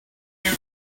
new